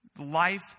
life